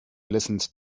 listened